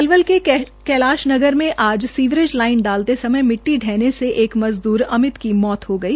पलवल के कैलाश नगर में आज सीवरेज लाइन डालते समय मिट्टी हने से एक मजदूर अमित की मौके पर मौत हो गई